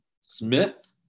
Smith